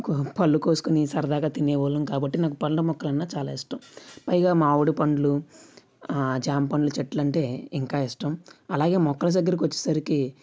కో పళ్ళు కోసుకుని సరదాగా తినేవాళ్ళం కాబట్టి నాకు పళ్ళ మొక్కలన్న చాలా ఇష్టం పైగా మామిడిపళ్ళు ఆ జామ పళ్ళు చెట్లు అంటే ఇంకా ఇష్టం అలాగే మొక్కల దగ్గరకు వచ్చేసరికి